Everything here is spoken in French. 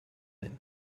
même